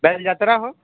ବେଲ ଯାତ୍ରା ହଁ